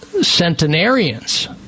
centenarians